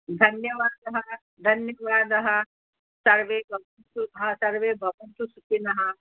धन्यवादः धन्यवादः सर्वे भवन्तु भा सर्वे भवन्तु सुखिनः